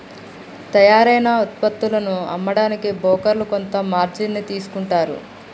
తయ్యారైన వుత్పత్తులను అమ్మడానికి బోకర్లు కొంత మార్జిన్ ని తీసుకుంటారు